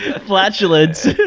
flatulence